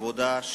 העבודה,